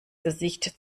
gesicht